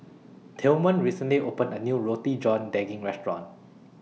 Tilman recently opened A New Roti John Daging Restaurant